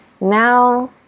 Now